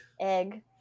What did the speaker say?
Egg